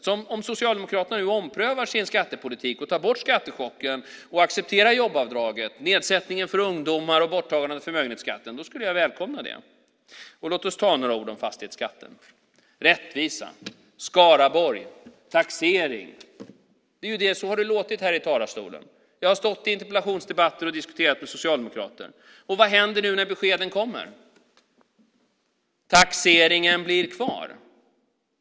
Jag skulle välkomna om Socialdemokraterna nu omprövar sin skattepolitik, tar bort skattechocken och accepterar jobbavdraget, nedsättningen för ungdomar och borttagandet av förmögenhetsskatten. Låt oss säga några ord om fastighetsskatten. Rättvisa, Skaraborg och taxering, så har det låtit här i talarstolen. Jag har stått och diskuterat med socialdemokrater i interpellationsdebatter. Vad händer nu när beskeden kommer? Taxeringen blir kvar.